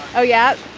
oh, yeah?